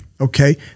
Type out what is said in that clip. Okay